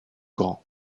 grand